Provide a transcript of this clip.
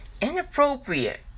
inappropriate